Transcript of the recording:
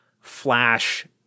flash